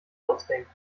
ausdenken